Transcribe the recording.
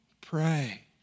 pray